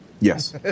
Yes